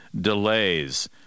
delays